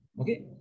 okay